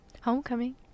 homecoming